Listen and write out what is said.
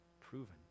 proven